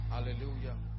Hallelujah